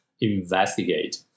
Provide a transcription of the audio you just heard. investigate